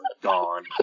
gone